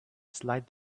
slide